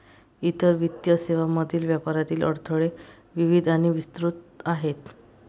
इतर वित्तीय सेवांमधील व्यापारातील अडथळे विविध आणि विस्तृत आहेत